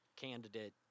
candidate